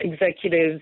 executives